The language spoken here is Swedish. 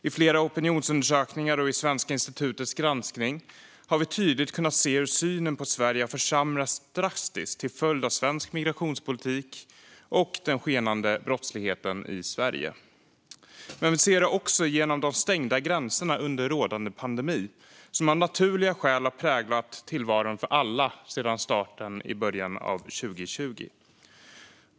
I flera opinionsundersökningar och i Svenska institutets granskning har vi tydligt kunnat se hur synen på Sverige har försämrats drastiskt till följd av svensk migrationspolitik och den skenande brottsligheten i Sverige. Men vi ser det också genom de stängda gränserna under rådande pandemi, som av naturliga skäl har präglat tillvaron för alla sedan starten i början av 2020.